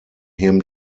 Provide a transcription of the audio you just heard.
him